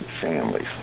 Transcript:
families